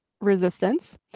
resistance